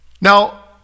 Now